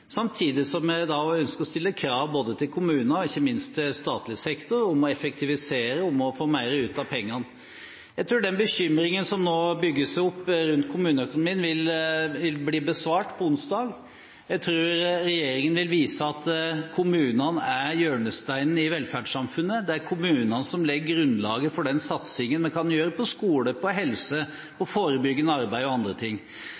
samtidig som vi ønsker å stille krav til kommunene – og ikke minst til statlig sektor – om å effektivisere, om å få mer ut av pengene. Jeg tror den bekymringen som nå bygger seg opp rundt kommuneøkonomien, vil bli besvart på onsdag. Jeg tror regjeringen vil vise at kommunene er hjørnesteinen i velferdssamfunnet; det er kommunene som legger grunnlaget for den satsingen vi kan gjøre på skole, på helse, på forebyggende arbeid og andre ting.